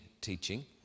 teaching